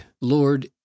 Lord